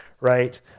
right